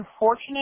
unfortunate